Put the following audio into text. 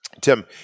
Tim